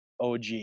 OG